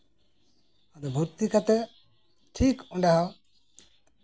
ᱟᱫᱚ ᱵᱷᱚᱨᱛᱤ ᱠᱟᱛᱮᱜ ᱴᱷᱤᱠ ᱚᱱᱰᱮ ᱦᱚᱸ